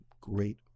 great